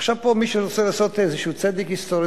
עכשיו מישהו פה רוצה לעשות איזה צדק היסטורי.